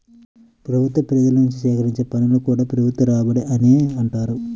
ప్రభుత్వం ప్రజల నుంచి సేకరించే పన్నులను కూడా ప్రభుత్వ రాబడి అనే అంటారు